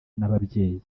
n’ababyeyi